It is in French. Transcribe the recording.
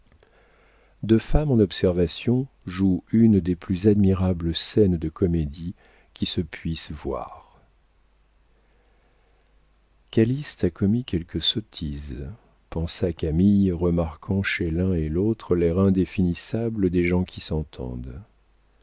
deux femmes en observation jouent une des plus admirables scènes de comédie qui se puissent voir calyste a commis quelque sottise pensa camille remarquant chez l'un et l'autre l'air indéfinissable des gens qui s'entendent